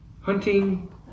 hunting